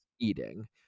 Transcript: eating